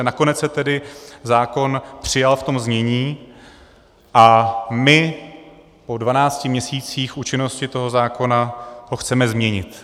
Nakonec se tedy zákon přijal v tom znění a my po dvanácti měsících účinnosti toho zákona ho chceme změnit.